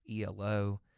ELO